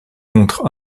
contre